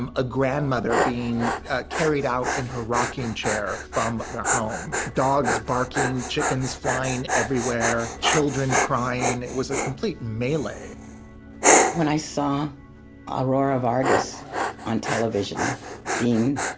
um a grandmother being carried out in her rocking chair from their home. dogs barking, chickens flying everywhere, children crying. crying. it was a complete melee when i saw aurora vargas on television being